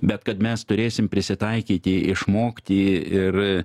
bet kad mes turėsim prisitaikyti išmokti ir